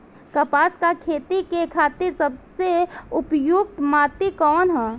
कपास क खेती के खातिर सबसे उपयुक्त माटी कवन ह?